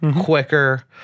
quicker